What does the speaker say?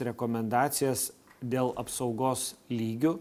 rekomendacijas dėl apsaugos lygių